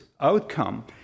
outcome